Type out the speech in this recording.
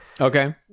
okay